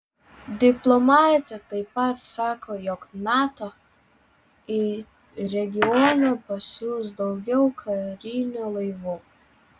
diplomatė taip pat sakė jog nato į regioną pasiųs daugiau karinių laivų